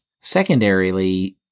Secondarily